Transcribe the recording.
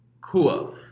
Cool